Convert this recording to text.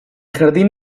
jardín